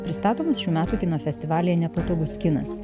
pristatomos šių metų kino festivalyje nepatogus kinas